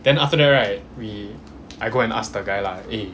then after that right we I go and ask the guy lah